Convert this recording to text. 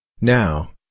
Now